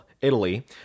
Italy